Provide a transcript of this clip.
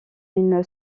une